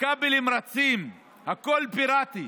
הכבלים רצים, הכול פיראטי.